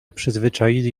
przyzwyczaili